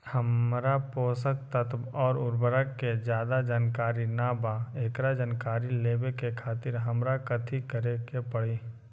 हमरा पोषक तत्व और उर्वरक के ज्यादा जानकारी ना बा एकरा जानकारी लेवे के खातिर हमरा कथी करे के पड़ी?